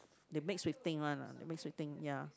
they mix with thing one lah they mix with thing ya